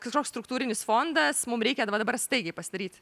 kažkoks struktūrinis fondas mum reikia va dabar staigiai pasidaryt